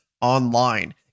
online